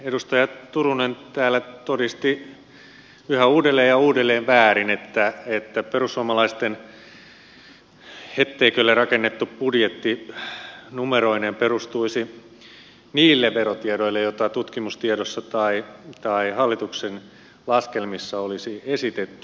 edustaja turunen täällä todisti yhä uudelleen ja uudelleen väärin että perussuomalaisten hetteikölle rakennettu budjetti numeroineen perustuisi niille verotiedoille joita tutkimustiedossa tai hallituksen laskelmissa olisi esitetty